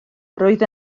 roedd